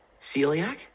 Celiac